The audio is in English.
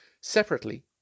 Separately